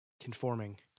conforming